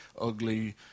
ugly